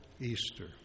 Easter